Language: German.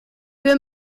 wir